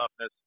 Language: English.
toughness